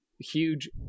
huge